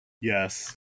Yes